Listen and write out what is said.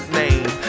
name